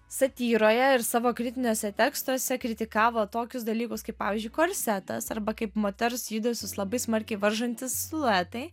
satyroje ir savo kritiniuose tekstuose kritikavo tokius dalykus kaip pavyzdžiui korsetas arba kaip moters judesius labai smarkiai varžantis siluetai